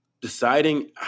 Deciding